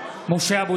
(קורא בשמות חברי הכנסת) משה אבוטבול,